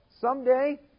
someday